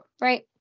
right